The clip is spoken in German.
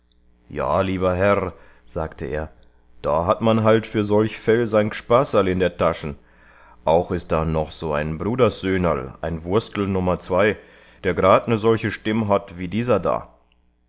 ja lieber herr sagte er da hat man halt für solch fäll sein g'spaßerl in der taschen auch ist da noch so ein bruderssöhnerl ein wurstl nummer zwei der grad ne solche stimm hat wie dieser da